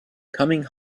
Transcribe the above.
coming